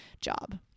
job